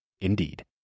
Indeed